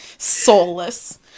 Soulless